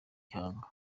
gihanga